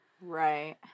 Right